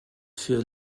für